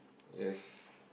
yes